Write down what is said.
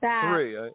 three